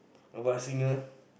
about the singer